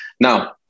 Now